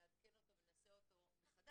נעדכן אותו ונעשה אותו מחדש,